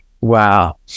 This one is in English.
wow